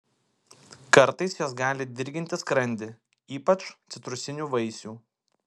kartais jos gali dirginti skrandį ypač citrusinių vaisių